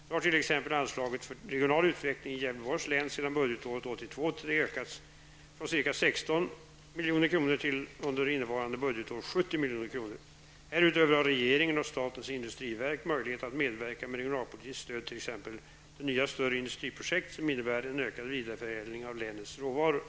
Så har till exempel anslaget för regional utveckling i milj.kr. Härutöver har regeringen och statens industriverk möjlighet att medverka med t.ex. regionalpolitiskt stöd till nya större industriprojekt som innebär en ökad vidareförädling av länets råvaror.